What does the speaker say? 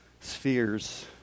spheres